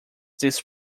this